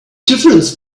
difference